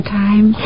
time